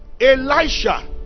Elisha